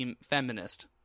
feminist